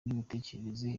n’imitekerereze